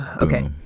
Okay